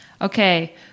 Okay